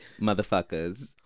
motherfuckers